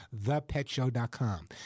thepetshow.com